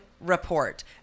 report